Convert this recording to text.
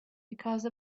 because